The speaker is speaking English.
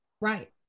Right